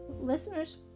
listeners